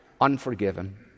unforgiven